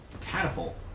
catapult